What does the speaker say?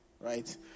Right